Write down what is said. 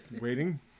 waiting